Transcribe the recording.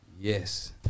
yes